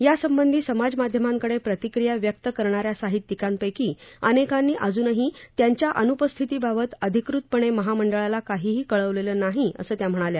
यासंबंधी समाजमाध्यमांकडे प्रतिक्रिया व्यक्त करणा या सहित्यिकांपैकी अनेकांनी अजूनही त्यांच्या अनुपस्थितीबाबत अधिकृतपणे महामंडळाला काहीही कळवलेलं नाही असं त्या म्हणाल्या